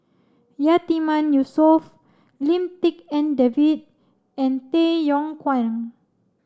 Yatiman Yusof Lim Tik En David and Tay Yong Kwang